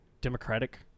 Democratic